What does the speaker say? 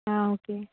आ okay